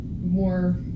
more